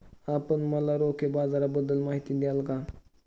आपण मला रोखे बाजाराबद्दल माहिती द्याल का?